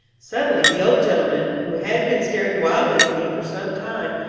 suddenly the old gentleman, who had been staring wildly at me for some time,